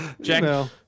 Jack